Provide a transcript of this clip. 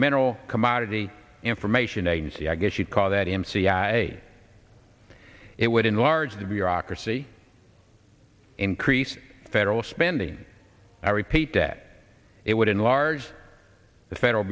mineral commodity information agency i guess you'd call that m c i it would enlarge the bureaucracy increase federal spending i repeat that it would enlarge the federal